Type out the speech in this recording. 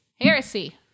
heresy